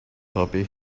puppy